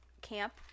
camp